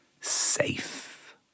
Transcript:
safe